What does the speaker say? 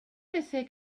bethau